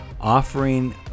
offering